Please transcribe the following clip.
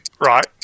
Right